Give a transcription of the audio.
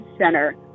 center